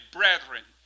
brethren